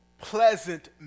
pleasant